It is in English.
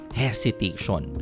hesitation